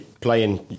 playing